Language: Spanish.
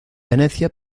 venecia